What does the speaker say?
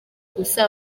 gusa